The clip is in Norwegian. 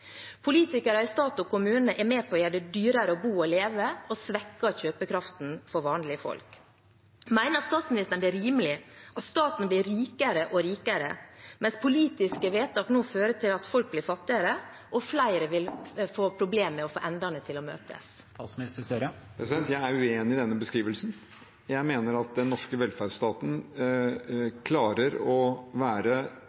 Politikere i stat og kommune er med på å gjøre det dyrere å bo og leve, og svekker kjøpekraften for vanlige folk. Mener statsministeren det er rimelig at staten blir rikere og rikere, mens politiske vedtak nå fører til at folk blir fattigere, og at flere vil få problemer med å få endene til å møtes? Jeg er uenig i denne beskrivelsen. Jeg mener at den norske velferdsstaten